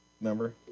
Remember